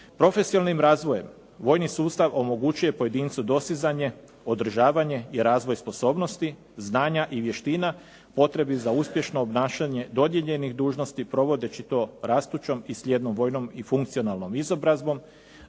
Profesionalnim razvojem vojni sustav omogućuje pojedincu dostizanje, održavanje i razvoj sposobnosti, znanja i vještina potrebnih za uspješno obnašanje dodijeljenih dužnosti provodeći to rastućom i slijednom vojnom i funkcionalnom izobrazbom,